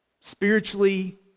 Spiritually